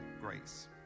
grace